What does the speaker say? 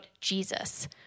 Jesus